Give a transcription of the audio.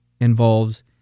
involves